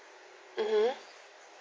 mmhmm